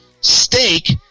steak